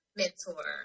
mentor